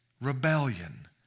rebellion